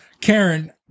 karen